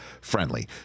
friendly